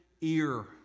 ear